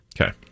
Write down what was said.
Okay